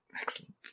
Excellent